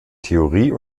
theorie